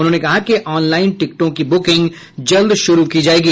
उन्होंने कहा कि ऑनलाइन टिकटों की बुकिंग जल्द शुरू की जाएगी